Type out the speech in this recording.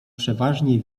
przeważnie